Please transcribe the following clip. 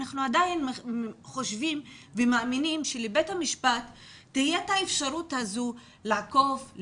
אנחנו עדיין חושבים ומאמינים שלבית המשפט תהיה את האפשרות הזו לעקוף,